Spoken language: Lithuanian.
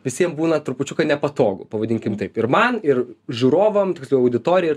visiem būna trupučiuką nepatogu pavadinkime taip ir man ir žiūrovam su auditorija